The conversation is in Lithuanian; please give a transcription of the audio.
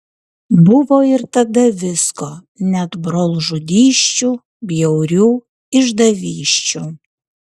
buvo ir tada visko net brolžudysčių bjaurių išdavysčių